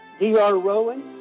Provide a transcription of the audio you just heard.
drrowan